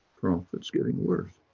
profits getting worse.